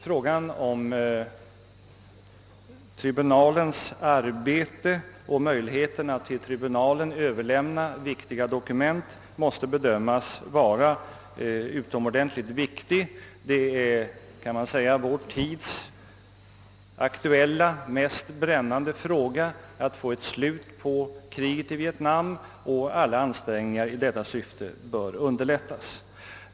Frågan om tribunalens arbete och möjligheten att till tribunalen överlämna viktiga dokument måste bedömas vara utomordentligt viktig. Det är, kan man säga, vår tids aktuella mest brännande fråga att få ett slut på kriget i Vietnam. Alla ansträngningar i detta syfte bör underlättas.